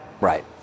Right